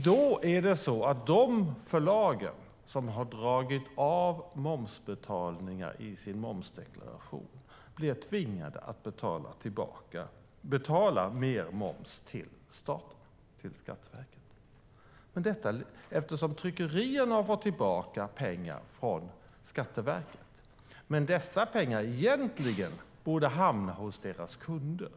De förlag som har dragit av momsbetalningar i sin momsdeklaration blir då tvingade att betala mer moms till Skatteverket. Det är tryckerierna som har fått tillbaka pengar, men dessa pengar borde egentligen ha hamnat hos deras kunder.